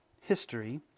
history